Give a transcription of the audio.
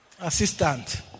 assistant